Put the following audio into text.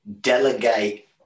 delegate